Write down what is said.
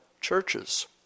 churches